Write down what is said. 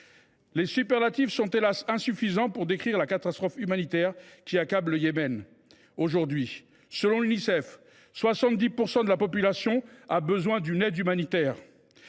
Les superlatifs sont, hélas ! insuffisants pour décrire la catastrophe humanitaire qui accable le Yémen aujourd’hui. Selon l’Unicef, 70 % de la population a besoin d’une aide humanitaire